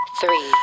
three